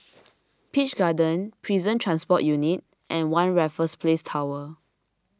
Peach Garden Prison Transport Unit and one Raffles Place Tower